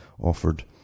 offered